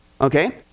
Okay